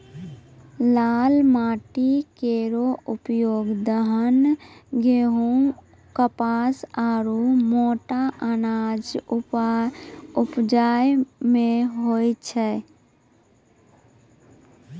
लाल माटी केरो उपयोग दलहन, गेंहू, कपास आरु मोटा अनाज उपजाय म होय छै